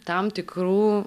tam tikrų